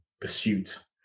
pursuit